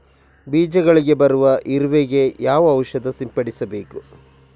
ಬೀಜಗಳಿಗೆ ಬರುವ ಇರುವೆ ಗೆ ಯಾವ ಔಷಧ ಸಿಂಪಡಿಸಬೇಕು?